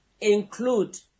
include